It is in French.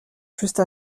juste